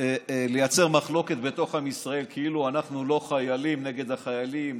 לבוא ולייצר מחלוקת בתוך עם ישראל כאילו אנחנו חיילים נגד החיילים,